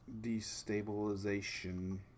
destabilization